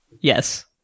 Yes